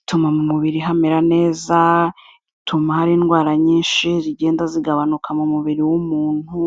ituma mu mubiri hamera neza, ituma hari indwara nyinshi zigenda zigabanuka mu mubiri w'umuntu.